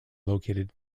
located